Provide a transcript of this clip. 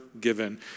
given